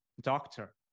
doctor